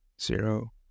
zero